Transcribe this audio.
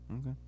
Okay